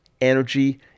energy